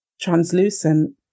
translucent